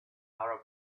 arab